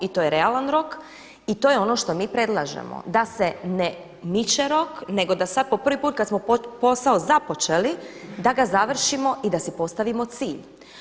I to je realan rok i to je ono što mi predlažemo da se ne miče rok, nego da sada po prvi put kada smo posao započeli da ga završimo i da si postavimo cilj.